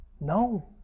no